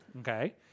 Okay